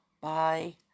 Bye